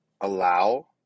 allow